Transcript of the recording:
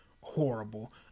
horrible